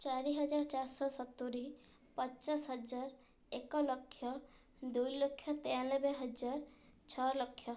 ଚାରି ହଜାର ଚାରିଶହ ସତୁରୀ ପଚାଶ ହଜାର ଏକଲକ୍ଷ ଦୁଇଲକ୍ଷ ତେୟାନବେ ହଜାର ଛଅ ଲକ୍ଷ